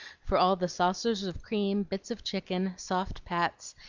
for all the saucers of cream, bits of chicken, soft pats,